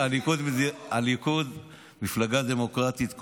היא מפלגה דמוקרטית,